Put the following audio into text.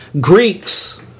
Greeks